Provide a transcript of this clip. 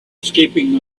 escaping